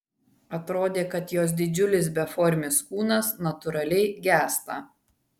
atrodė kad jos didžiulis beformis kūnas natūraliai gęsta